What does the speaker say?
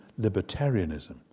libertarianism